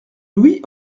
louis